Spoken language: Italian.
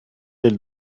del